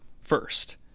first